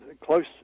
close